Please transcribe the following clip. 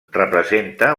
representa